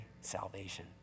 salvation